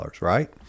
right